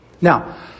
Now